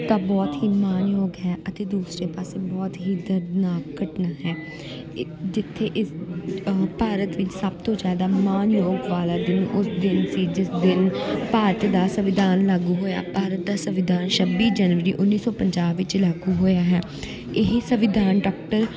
ਤਾਂ ਬਹੁਤ ਹੀ ਮਾਣਯੋਗ ਹੈ ਅਤੇ ਦੂਸਰੇ ਪਾਸੇ ਬਹੁਤ ਹੀ ਦਰਦਨਾਕ ਘਟਨਾ ਹੈ ਇ ਜਿੱਥੇ ਇਸ ਭਾਰਤ ਵਿੱਚ ਸਭ ਤੋਂ ਜ਼ਿਆਦਾ ਮਾਣਯੋਗ ਵਾਲਾ ਦਿਨ ਉਸ ਦਿਨ ਸੀ ਜਿਸ ਦਿਨ ਭਾਰਤ ਦਾ ਸੰਵਿਧਾਨ ਲਾਗੂ ਹੋਇਆ ਭਾਰਤ ਦਾ ਸੰਵਿਧਾਨ ਛੱਬੀ ਜਨਵਰੀ ਉੱਨੀ ਸੌ ਪੰਜਾਹ ਵਿੱਚ ਲਾਗੂ ਹੋਇਆ ਹੈ ਇਹ ਸੰਵਿਧਾਨ ਡਾਕਟਰ